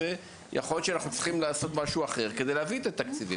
יכול להיות שאנחנו צריכים לעשות משהו אחר כדי להביא את התקציבים.